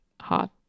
hot